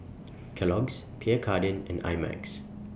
Kellogg's Pierre Cardin and I Max